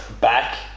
back